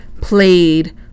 played